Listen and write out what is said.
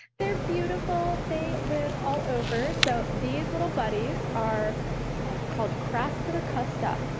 they're beautiful. they live all over. so these little buddies are called craspedacusta,